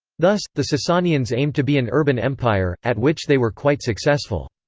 thus, the sasanians aimed to be an urban empire, at which they were quite successful.